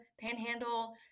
panhandle